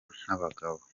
nk’abagabo